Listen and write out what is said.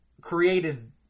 created